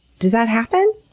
does that happen?